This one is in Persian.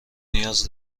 نیاز